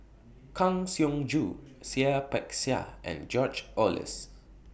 Kang Siong Joo Seah Peck Seah and George Oehlers